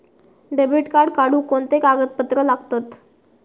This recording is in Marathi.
डेबिट कार्ड काढुक कोणते कागदपत्र लागतत?